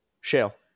Shale